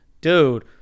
dude